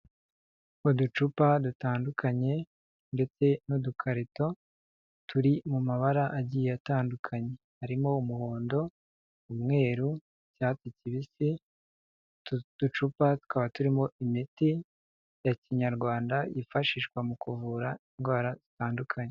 Uducupa dutandukanye ndetse n'udukarito, turi mu mabara agiye atandukanye, harimo: umuhondo, umweru, icyatsi kibisi, utu ducupa tukaba turimo imiti ya Kinyarwanda yifashishwa mu kuvura indwara zitandukanye.